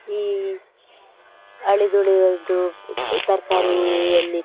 ಈ ಅಳಿದುಳಿದಿದ್ದು ತರ್ಕಾರಿಯಲ್ಲಿ